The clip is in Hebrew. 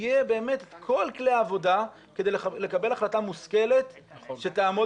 יהיו באמת את כל כלי העבודה כדי לקבל החלטה מושכלת שתעמוד